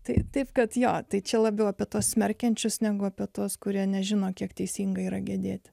tai taip kad jo tai čia labiau apie to smerkiančius negu apie tuos kurie nežino kiek teisinga yra gedėti